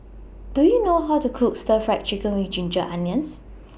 Do YOU know How to Cook Stir Fried Chicken with Ginger Onions